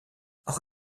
auch